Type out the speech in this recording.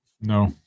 No